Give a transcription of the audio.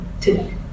today